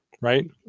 right